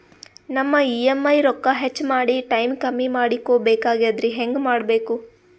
ನಮ್ಮ ಇ.ಎಂ.ಐ ರೊಕ್ಕ ಹೆಚ್ಚ ಮಾಡಿ ಟೈಮ್ ಕಮ್ಮಿ ಮಾಡಿಕೊ ಬೆಕಾಗ್ಯದ್ರಿ ಹೆಂಗ ಮಾಡಬೇಕು?